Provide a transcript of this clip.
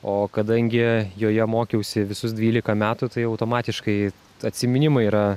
o kadangi joje mokiausi visus dvylika metų tai automatiškai atsiminimai yra